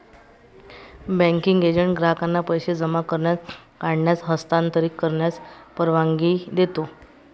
banking agent ग्राहकांना पैसे जमा करण्यास, काढण्यास, हस्तांतरित करण्यास परवानगी देतो